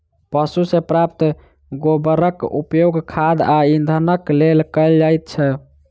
पशु सॅ प्राप्त गोबरक उपयोग खाद आ इंधनक लेल कयल जाइत छै